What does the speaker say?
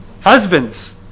Husbands